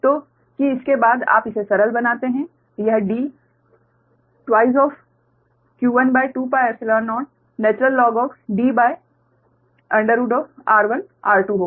तो कि इसके बाद आप इसे सरल बनाते हैं यह V12D2q12πϵ0 InDr1r2 होगा